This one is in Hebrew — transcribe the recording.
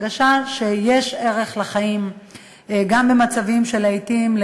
עם הרגשה שיש ערך לחיים גם במצבים שלעתים,